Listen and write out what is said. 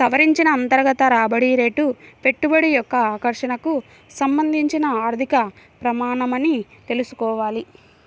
సవరించిన అంతర్గత రాబడి రేటు పెట్టుబడి యొక్క ఆకర్షణకు సంబంధించిన ఆర్థిక ప్రమాణమని తెల్సుకోవాలి